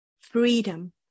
Freedom